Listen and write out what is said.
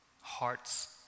hearts